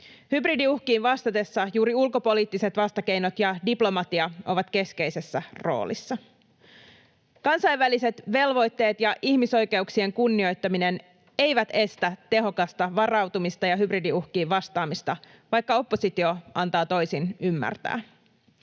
Hybridiuhkiin vastatessa juuri ulkopoliittiset vastakeinot ja diplomatia ovat keskeisessä roolissa. Kansainväliset velvoitteet ja ihmisoikeuksien kunnioittaminen eivät estä tehokasta varautumista ja hybridiuhkiin vastaamista, vaikka oppositio antaa toisin ymmärtää.